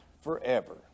forever